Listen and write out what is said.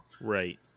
Right